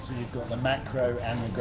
got the macro